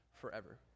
forever